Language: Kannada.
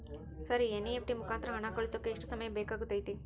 ಸರ್ ಎನ್.ಇ.ಎಫ್.ಟಿ ಮುಖಾಂತರ ಹಣ ಕಳಿಸೋಕೆ ಎಷ್ಟು ಸಮಯ ಬೇಕಾಗುತೈತಿ?